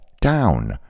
down